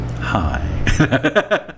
Hi